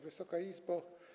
Wysoka Izbo!